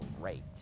great